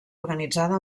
organitzada